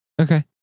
Okay